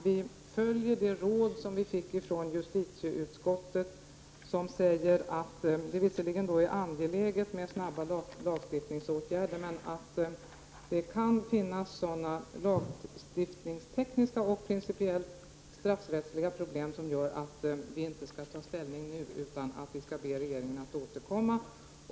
Vi följer det råd vi fick från justitieutskottet — som säger att det visserligen är angeläget med snabba lagstiftningsåtgärder, men att det kan finnas sådana lagstiftningstekniska och principiella straffrättsliga problem som gör att vi inte skall ta ställning nu, utan att vi skall be regeringen att återkomma.